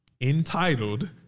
entitled